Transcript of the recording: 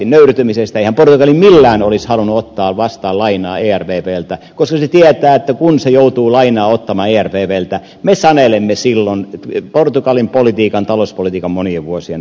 eihän portugali millään olisi halunnut ottaa vastaan lainaa ervvltä koska se tietää että kun se joutuu lainaa ottamaan ervvltä me sanelemme silloin portugalin politiikan talouspolitiikan monien vuosien ajaksi